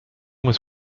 was